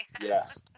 Yes